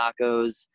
tacos